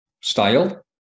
style